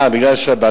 אה, בגלל שבת.